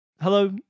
hello